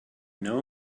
know